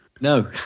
No